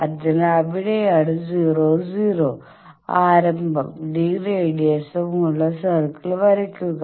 അതിനാൽ അവിടെയാണ് 00 ആരംഭവും d റേഡിയസും ഉള്ള സർക്കിൾ വരയ്ക്കുക